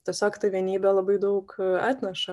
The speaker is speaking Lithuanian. tiesiog ta vienybė labai daug atneša